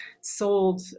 sold